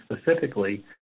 specifically